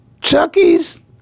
Chucky's